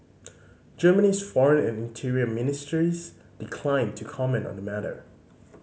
Germany's foreign and interior ministries declined to comment on the matter